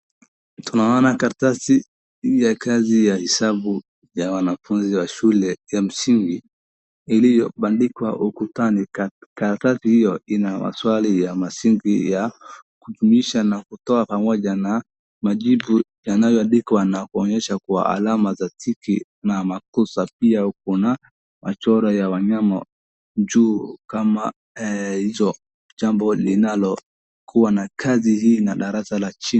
Tunaona kartasi ya kazi ya hisabu ya wanafunzi wa shule ya msingi. Iliyo, bandikwa ukutani kartati ina waswali ya masingi ya kutugisha na kutuwa kama wajana. Majibu, chanayo adhikwa na kwamyesha kuwa alama za kiki na makusa pia ukuna machora ya wanyamo njuu kama izo chambo linalo kuwa nakazi ina darata la chini.